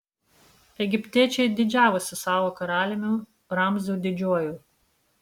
egiptiečiai didžiavosi savo karaliumi ramziu didžiuoju